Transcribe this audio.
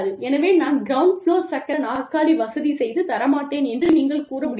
எனவே நான் ground floor சக்கர நாற்காலி வசதி செய்து தர மாட்டேன் என்று நீங்கள் கூற முடியாது